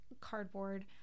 cardboard